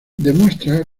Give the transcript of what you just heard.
demuestra